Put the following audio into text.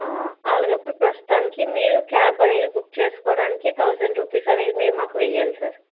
అలాగే ఇప్పుడు ప్రస్తుతానికి మీరు క్యాబ్ అనేది బుక్ చేసుకోవడానికి తౌసండ్ రూపీస్ అనేది మీరు మాకు వేయాలి సార్